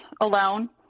alone